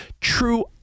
true